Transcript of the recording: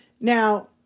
Now